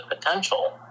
potential